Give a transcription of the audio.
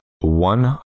one